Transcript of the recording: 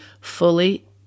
fully